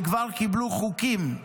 שכבר קיבלו חוקים.